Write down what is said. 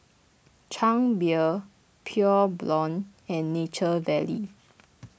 Chang Beer Pure Blonde and Nature Valley